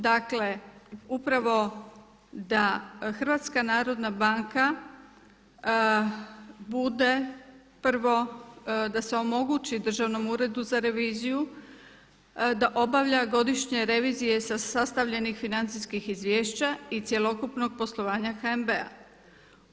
Dakle, upravo da HNB bude prvo da se omogući Državnom uredu za reviziju da obavlja godišnje revizije sa sastavljenih financijskih izvješća i cjelokupnog poslovanja HNB-a.